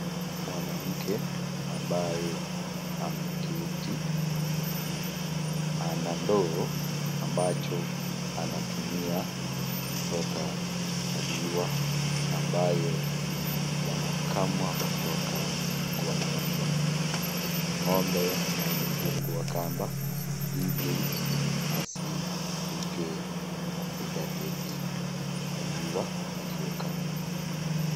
Mwanamke ambaye ameketi ama ana ndoo ambacho anatumia kuchota maziwa ambayo yanakamwa kutoka kwa ng'ombe. Ng'ombe amefungwa kamba ili asiruke na kupiga teke maziwa yaliyokamwa.